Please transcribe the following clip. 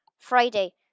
Friday